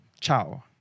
Ciao